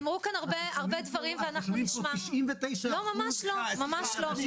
אנחנו שומעים פה 99% אנשים